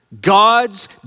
God's